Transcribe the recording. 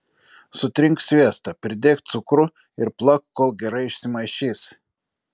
sutrink sviestą pridėk cukrų ir plak kol gerai išsimaišys